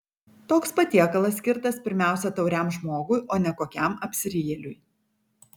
toks patiekalas skirtas pirmiausia tauriam žmogui o ne kokiam apsirijėliui